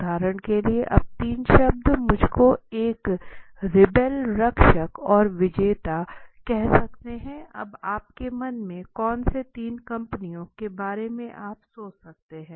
उदाहरण के लिए अब तीन शब्द मुझको एक रिबेल रक्षक और विजेता कह सकते हैं अब आप के मन में कौन से तीन कंपनियां के बारे में आप सोच सकते हैं